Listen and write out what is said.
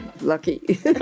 lucky